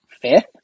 fifth